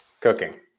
Cooking